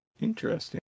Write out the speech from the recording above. Interesting